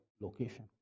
location